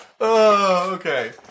Okay